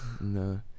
No